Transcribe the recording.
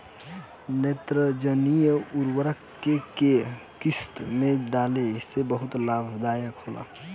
नेत्रजनीय उर्वरक के केय किस्त में डाले से बहुत लाभदायक होला?